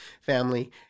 family